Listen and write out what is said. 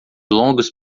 longos